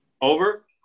Over